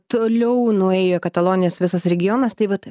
toliau nuėjo katalonijos visas regionas tai vat